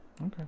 Okay